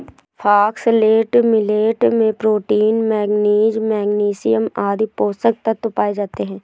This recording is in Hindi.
फॉक्सटेल मिलेट में प्रोटीन, मैगनीज, मैग्नीशियम आदि पोषक तत्व पाए जाते है